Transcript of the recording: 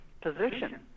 position